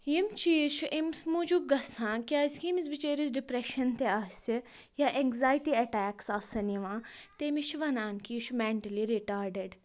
یِم چیٖز چھِ أمِس موٗجوٗب گژھان کیٛازِ کہِ ییٚمِس بِچٲرِس ڈِپرٛٮ۪شَن تہِ آسہِ یا اٮ۪نزایٹی اَٹیکٕس آسَن یِوان تٔمِس چھِ وَنان کہِ یہِ چھُ مٮ۪نٹٕلی رِٹاڈڈ